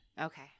okay